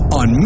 on